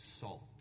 salt